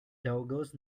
douglas